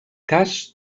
cas